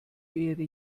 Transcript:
ihre